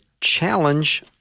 challenge